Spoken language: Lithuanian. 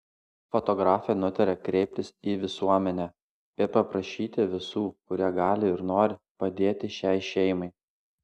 fotografė nutarė kreiptis į visuomenę ir paprašyti visų kurie gali ir nori padėti šiai šeimai